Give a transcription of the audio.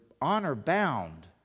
honor-bound